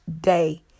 day